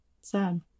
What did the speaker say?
Sad